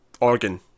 organ